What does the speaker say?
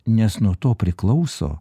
nes nuo to priklauso